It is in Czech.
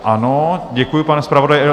Ano, děkuji, pane zpravodaji.